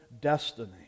destiny